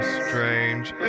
strange